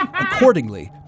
Accordingly